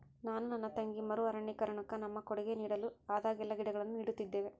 ನಾನು ನನ್ನ ತಂಗಿ ಮರು ಅರಣ್ಯೀಕರಣುಕ್ಕ ನಮ್ಮ ಕೊಡುಗೆ ನೀಡಲು ಆದಾಗೆಲ್ಲ ಗಿಡಗಳನ್ನು ನೀಡುತ್ತಿದ್ದೇವೆ